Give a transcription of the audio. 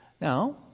Now